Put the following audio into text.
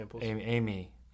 Amy